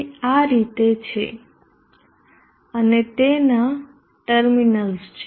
તે આ રીતે છે અને તેના ટર્મિનલ્સ છે